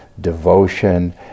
devotion